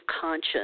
conscience